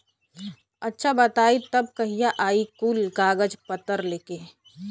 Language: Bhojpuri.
अच्छा बताई तब कहिया आई कुल कागज पतर लेके?